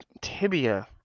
tibia